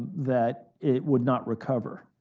that it would not recover.